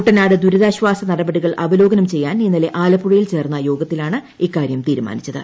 കുട്ടനാട് ദുരിതാശ്വാസ നടപടികൾ അവലോകനം ചെയ്യാൻ ഇന്നലെ ആലപ്പുഴയിൽ ചേർന്ന യോഗത്തിലാണ് ഇക്ക്ടാര്യം തീരുമാനിച്ചത്